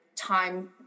time